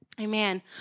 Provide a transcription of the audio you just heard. Amen